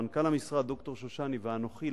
מנכ"ל המשרד ד"ר שושני ואנוכי,